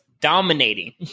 dominating